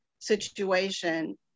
situation